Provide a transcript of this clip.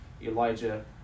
Elijah